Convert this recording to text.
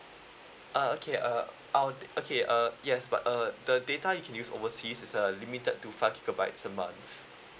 ah okay uh I'd okay uh yes but uh the data you can use overseas is a limited to five gigabytes a month